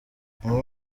imwe